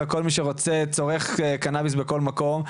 וכל מי שרוצה צורך קנאביס בכל מקום,